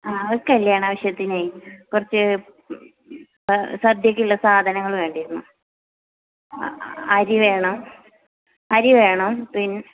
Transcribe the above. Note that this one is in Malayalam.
ആ ഒരു കല്യാണാവശ്യത്തിന് കുറച്ച് സദ്യക്കുള്ള സാധനങ്ങൾ വേണ്ടിയിരുന്നു അരിവേണം അരിവേണം പിന്നെ